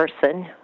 person